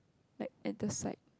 like at the side